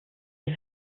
die